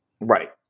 Right